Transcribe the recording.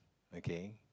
okay